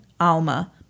Alma